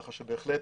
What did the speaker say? כך שבהחלט